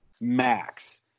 max